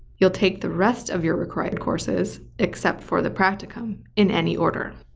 you'll take the rest of your required courses except for the practicum in any order.